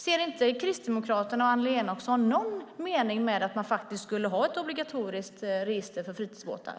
Ser inte Kristdemokraterna och Annelie Enochson någon mening med att ha ett obligatoriskt register för fritidsbåtar?